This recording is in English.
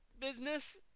business